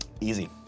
Easy